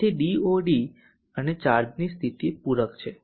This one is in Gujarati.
તેથી DoD અને ચાર્જની સ્થિતિ પૂરક છે